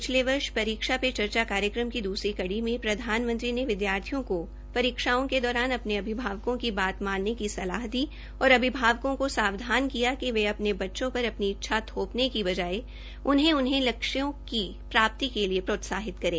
पिछले वर्ष परीक्षा पे चर्चा की दूसरी कड़ी में प्रधानमंत्री ने विदयार्थियों को परीक्षाओं के दौरान अपने अभिभावकों की बात माने की सलाह दी और अभिभावकों को समाधन किया कि वे अपने बच्चों पर अपनी इच्छा थोपने की बजाये उनहें उनके लक्ष्यों की प्राप्ति के लिए प्रोत्साहित करें